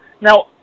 Now